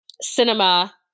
cinema